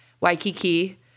Waikiki